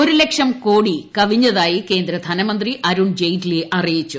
ഒരു ലക്ഷം കോടി കവിഞ്ഞതായി കേന്ദ്ര ധനമന്ത്രി അരുൺ ജെയ്റ്റ്ലി അറിയിച്ചു